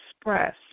express